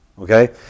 okay